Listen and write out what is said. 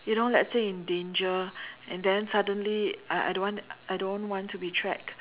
you know let's say in danger and then suddenly I I don't want I do not want to be tracked